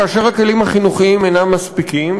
כאשר הכלים החינוכיים אינם מספיקים,